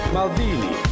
Maldini